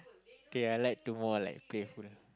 kay I like to more like playful